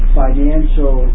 financial